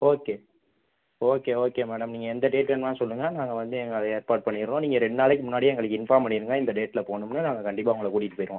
okay okay okay madam நீங்கள் எந்த date வேணும்னாலும் சொல்லுங்கள் நாங்கள் வந்து எங்க அதே ஏற்பாடு பண்ணிடுறோம் நீங்கள் ரெண்டு நாளைக்கு முன்னாடியே எங்களுக்கு இன்பார்ம் பண்ணிடுங்க இந்த டேட்டில் போகணுமுன்னு நாங்கள் கண்டிப்பாக உங்களை கூட்டிட்டு போயிடுவோம்